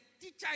teacher